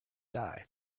die